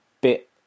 bit